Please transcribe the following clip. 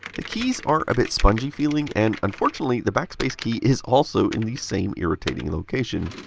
the keys are a bit spongey feeling and unfortunately, the backspace key is also in the same irritating location.